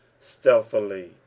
stealthily